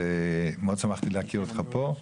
מאוד שמחתי להכיר אותך פה.